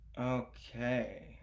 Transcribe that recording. Okay